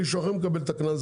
מישהו אחר מקבל את הקנס,